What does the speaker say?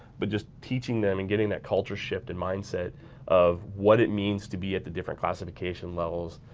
but just teaching them and getting that culture shift in mindset of what it means to be at the different classification levels.